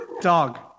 Dog